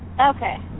Okay